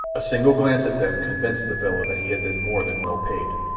a single glance at them convinced the fellow that he had been more than well paid.